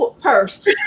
purse